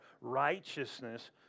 righteousness